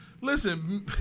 Listen